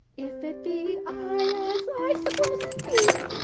if it be i, as i suppose it be,